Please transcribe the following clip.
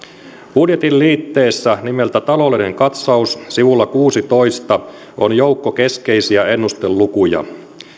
budjetin liitteessä nimeltä taloudellinen katsaus sivulla kuusitoista on joukko keskeisiä ennustelukuja